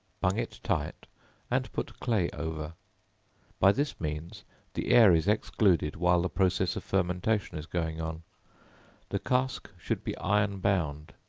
bung it tight and put clay over by this means the air is excluded while the process of fermentation is going on the cask should be iron-bound